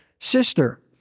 sister